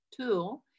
two